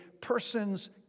person's